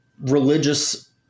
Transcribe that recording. religious